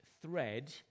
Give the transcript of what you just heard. thread